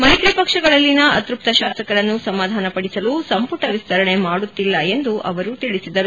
ಮೈತ್ರಿ ಪಕ್ಷಗಳಲ್ಲಿನ ಅತ್ಯಪ್ತ ಶಾಸಕರನ್ನು ಸಮಾಧಾನಪಡಿಸಲು ಸಂಪುಟ ವಿಸ್ತರಣೆ ಮಾಡುತ್ತಿಲ್ಲ ಎಂದು ಅವರು ತಿಳಿಸಿದರು